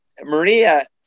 Maria